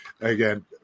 again